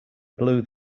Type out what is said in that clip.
blew